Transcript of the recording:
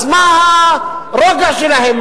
אז מה הרוגע שלהם?